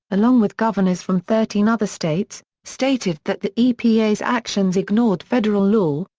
along with governors from thirteen other states, stated that the epa's actions ignored federal law,